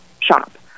shop